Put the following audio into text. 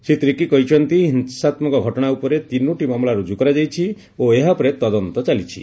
ଶ୍ରୀ ତିର୍କୀ କହିଛନ୍ତି ହିଂତାତ୍କକ ଘଟଣା ଉପରେ ତିନୋଟି ମାମଲା ରୁକ୍ କରାଯାଇଛି ଓ ଏହା ଉପରେ ତଦନ୍ତ ଚାଲିଛି